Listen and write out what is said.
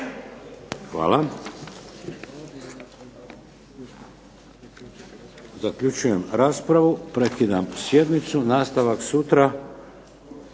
Hvala.